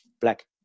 black